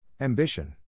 Ambition